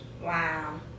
Wow